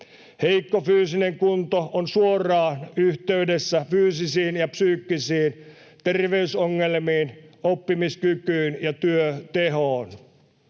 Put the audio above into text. Heikko fyysinen kunto on suoraan yhteydessä fyysisiin ja psyykkisiin terveysongelmiin, oppimiskykyyn ja työtehoon.